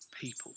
people